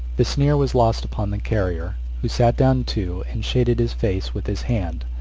the sneer was lost upon the carrier, who sat down too, and shaded his face with his hand,